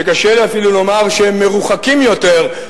שקשה לי אפילו לומר שהם מרוחקים יותר,